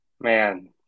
Man